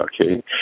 Okay